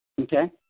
Okay